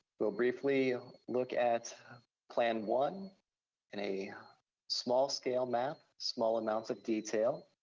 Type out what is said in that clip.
we'll briefly look at plan one in a small-scale map, small amounts of detail.